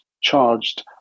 charged